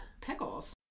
Pickles